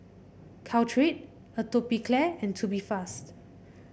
Caltrate Atopiclair and Tubifast